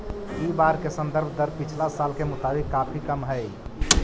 इ बार के संदर्भ दर पिछला साल के मुताबिक काफी कम हई